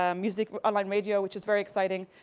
um music, online radio which is very exciting.